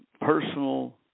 personal